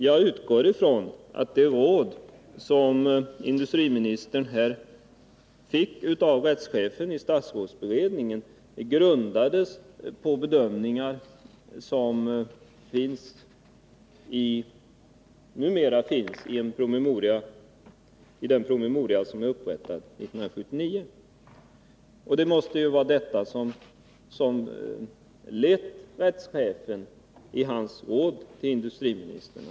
Jag utgår ifrån att det råd som industriministern fick av rättschefen i statsrådsberedningen grundade sig på bedömningar som numera finns i den promemoria som är upprättad 1979. Det måste vara det som lett rättschefen i hans råd till industriministern.